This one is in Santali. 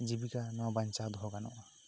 ᱡᱤᱵᱤᱠᱟ ᱱᱚᱣᱟ ᱵᱟᱧᱪᱟᱣ ᱫᱚᱦᱚ ᱜᱟᱱᱚᱜᱼᱟ